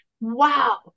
Wow